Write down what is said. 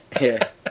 Yes